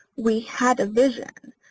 we had a vision.